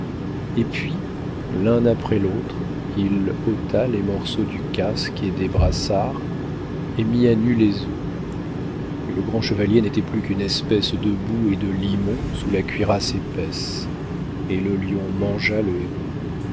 et puis l'un après l'autre il ôta les morceaux du casque et des brassards et mit à nu les os et le grand chevalier n'était plus qu'une espèce de boue et de limon sous la cuirasse épaisse et le lion mangea le héros